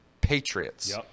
Patriots